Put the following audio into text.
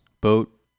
boat